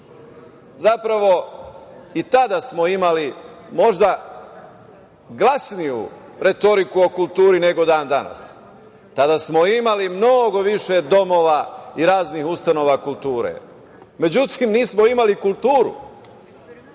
Zapravo, i tada smo imali možda glasniju retoriku o kulturi nego dan-danas, tada smo imali mnogo više domova i raznih ustanova kulture. Međutim, nismo imali kulturu.